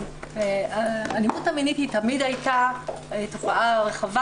האלימות המינית תמיד הייתה תופעה רחבת